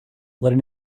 letting